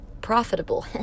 profitable